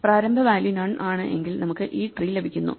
പ്രാരംഭ value none ആണ് എങ്കിൽ നമുക്ക് ഈ ട്രീ ലഭിക്കുന്നു